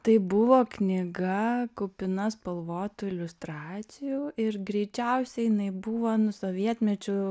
tai buvo knyga kupina spalvotų iliustracijų ir greičiausiai jinai buvo nu sovietmečiu